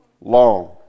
long